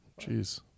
Jeez